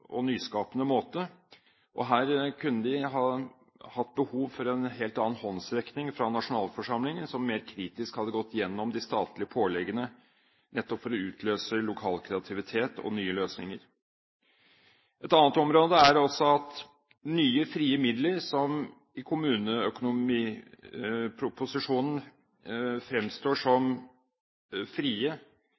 og nyskapende måte. Her kunne de ha hatt behov for en helt annen håndsrekning fra nasjonalforsamlingen, som mer kritisk hadde gått gjennom de statlige påleggene, nettopp for å utløse lokal kreativitet og nye løsninger. Et annet område er at nye frie midler, som i kommuneproposisjonen fremstår som frie,